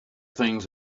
things